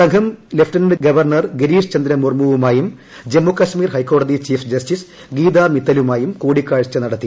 സംഘം lieutenant governor Girish Chandra മുർമുവു്മായും ജമ്മുകൾമീർ ഹൈക്കോടതി chief ജസ്റ്റിസ്റ്റ് Gita മിത്തലുമായും കൂടിക്കാഴ്ച നടത്തി